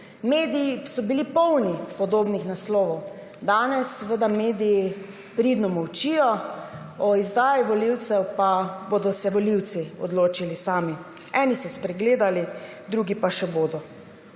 Mediji so bili polni podobnih naslovov. Danes seveda mediji pridno molčijo, o izdaji volivcev pa se bodo volivci odločili sami. Eni so spregledali, drugi pa še bodo.